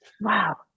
Wow